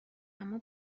اما